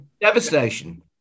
Devastation